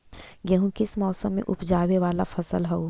गेहूं किस मौसम में ऊपजावे वाला फसल हउ?